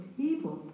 people